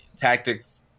tactics